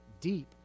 deep